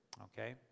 okay